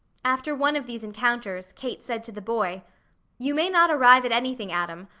after one of these encounters kate said to the boy you may not arrive at anything, adam,